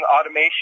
automation